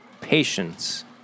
Patience